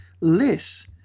less